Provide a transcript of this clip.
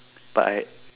but I